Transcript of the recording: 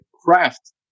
craft